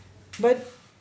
but